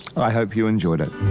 i hope you enjoyed it!